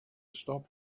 stop